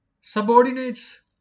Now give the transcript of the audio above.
subordinates